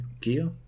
gear